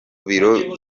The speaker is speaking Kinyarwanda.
biro